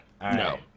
No